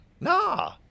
Nah